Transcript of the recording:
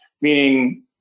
meaning